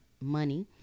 money